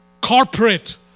corporate